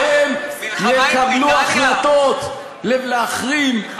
כי כשהם יקבלו החלטות להחרים,